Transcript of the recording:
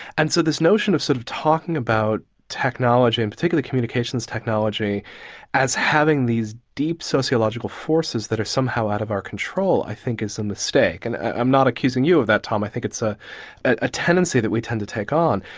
and so this notion of sort of talking about technology and particularly communications technology is having these deep sociological forces that are somehow out of our control i think is a mistake. and i'm not accusing you of that, tom, i think it's ah a tendency that we tend to take on.